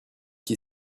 qui